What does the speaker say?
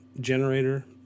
generator